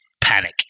panic